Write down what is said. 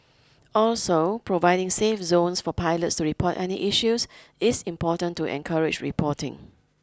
also providing safe zones for pilots to report any issues is important to encourage reporting